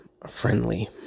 Friendly